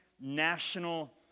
national